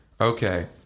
Okay